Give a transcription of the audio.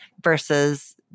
versus